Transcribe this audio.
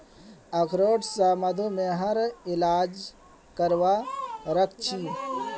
अखरोट स मधुमेहर इलाज करवा सख छी